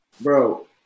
Bro